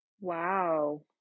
Wow